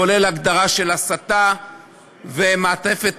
כולל הגדרה של הסתה ושל מעטפת